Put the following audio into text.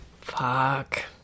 fuck